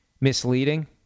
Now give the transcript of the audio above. misleading